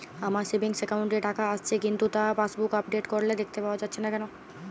আমার savings account এ টাকা আসছে কিন্তু তা পাসবুক আপডেট করলে দেখতে পাওয়া যাচ্ছে না কেন?